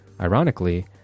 ironically